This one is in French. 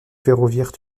ferroviaire